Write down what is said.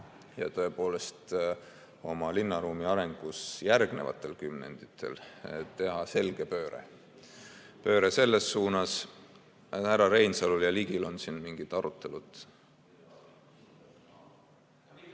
teha tõepoolest oma linnaruumi arengus järgnevatel kümnenditel selge pöörde. Pöörde selles suunas ... Härra Reinsalul ja Ligil on siin mingid arutelud.